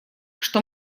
что